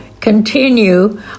continue